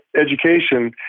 education